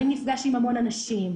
מי נפגש עם המון אנשים,